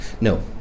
No